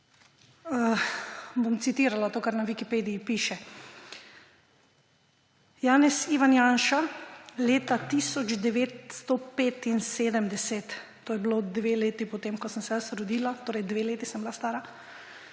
Bom citirala to, kar na Wikipediji piše: »Janez Ivan Janša leta 1975 …«, to je bilo dve leti po tem, ko sem se jaz rodila, torej sem bila stara